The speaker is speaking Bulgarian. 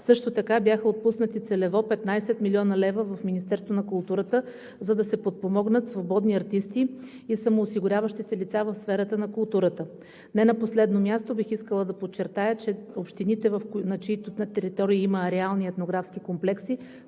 Също така бяха отпуснати целево 15 млн. лв. в Министерството на културата, за да се подпомогнат свободни артисти и самоосигуряващи се лица в сферата на културата. Не на последно място бих искала да подчертая, че общините, на чиито територии има реални етнографски комплекси,